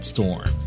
Storm